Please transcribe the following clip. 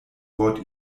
wort